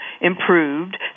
improved